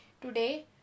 today